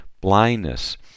blindness